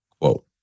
quote